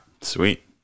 sweet